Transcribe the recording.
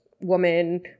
woman